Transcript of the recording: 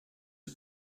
are